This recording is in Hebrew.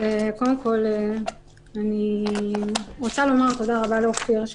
קודם כל אני רוצה להודות לאופיר כץ,